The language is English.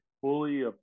Fully